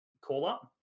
call-up